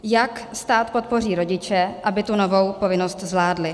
Jak stát podpoří rodiče, aby tu novou povinnost zvládli.